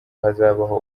hazabaho